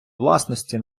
власності